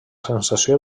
sensació